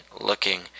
looking